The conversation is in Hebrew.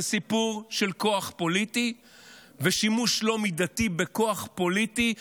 זה סיפור של כוח פוליטי ושימוש לא מידתי בכוח פוליטי,